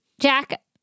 Jack